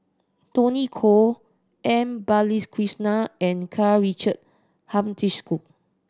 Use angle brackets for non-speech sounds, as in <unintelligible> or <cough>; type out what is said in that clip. Tony Khoo M Balakrishnan and Karl Richard <unintelligible>